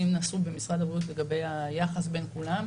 נעשו במשרד הבריאות לגבי היחס בין כולם.